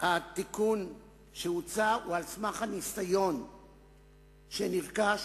שהתיקון שהוצע הוא על סמך הניסיון שנרכש.